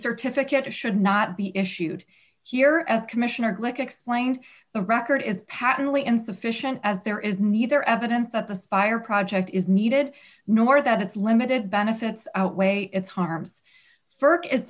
certificate of should not be issued here as commissioner glick explained the record is patently insufficient as there is neither evidence that the spier project is needed nor that it's limited benefits outweigh its harms